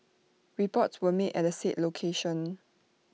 reports were made at the said location